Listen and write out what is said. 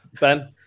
Ben